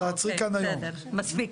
אמורים לספק